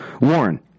Warren